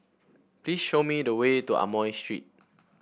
please show me the way to Amoy Street